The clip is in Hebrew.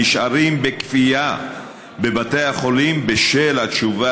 נשארים בכפייה בבתי החולים בשל התשובה